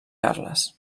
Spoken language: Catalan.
carles